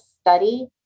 study